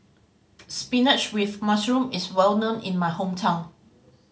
spinach with mushroom is well known in my hometown